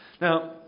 Now